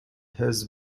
has